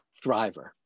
thriver